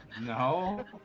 No